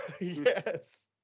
yes